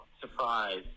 Surprise